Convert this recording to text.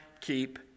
keep